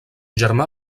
germà